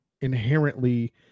inherently